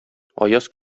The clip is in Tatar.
аяз